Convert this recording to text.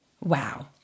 Wow